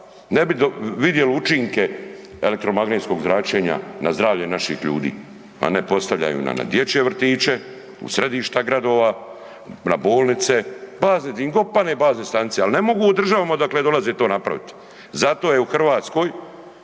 ne bi vidjeli učinke elektromagnetskog zračenja na zdravlje naših ljudi a ne postavljaju na dječje vrtiće, u središta gradova, na bolnice, di im god padne bazne stanice ali ne mogu u državama odakle dolaze to napravit. Zato je u Hrvatskoj